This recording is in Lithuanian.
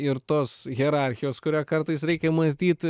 ir tos hierarchijos kurią kartais reikia matyt